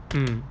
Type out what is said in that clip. mm